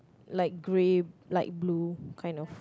like grey light blue kind of